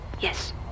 Yes